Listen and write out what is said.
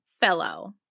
fellow